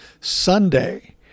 Sunday